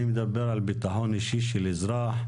אני מדבר על ביטחון אישי של אזרח,